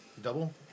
Double